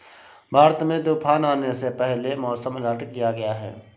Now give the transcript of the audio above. भारत में तूफान आने से पहले मौसम अलर्ट किया गया है